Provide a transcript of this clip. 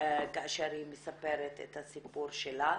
כאשר היא מספרת את הסיפור שלה.